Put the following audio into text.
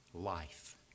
life